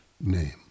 name